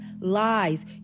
lies